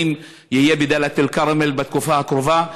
יהיה בדאלית אל-כרמל בתקופה הקרובה,